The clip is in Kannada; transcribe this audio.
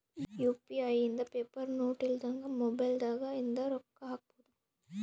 ಯು.ಪಿ.ಐ ಇಂದ ಪೇಪರ್ ನೋಟ್ ಇಲ್ದಂಗ ಮೊಬೈಲ್ ದಾಗ ಇಂದ ರೊಕ್ಕ ಹಕ್ಬೊದು